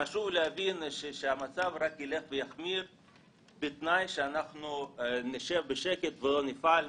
חשוב להבין שהמצב רק יילך ויחמיר בתנאי שאנחנו נשב בשקט ולא נפעל,